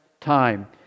time